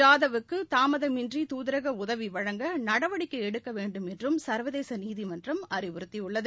ஜாதவ் க்குதாமதமின்றிதூதரகஉதவிவழங்க நடவடிக்கைஎடுக்கவேண்டும் என்றும் சா்வதேசநீதிமன்றம் அறிவுறுத்தியது